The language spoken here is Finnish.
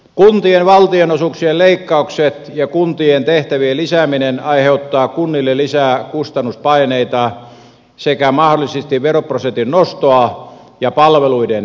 kuntien valtionosuuksien leikkaukset ja kuntien tehtävien lisääminen aiheuttaa kunnille lisää kustannuspaineita sekä mahdollisesti veroprosentin nostoa ja palveluiden leikkauksia